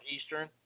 Eastern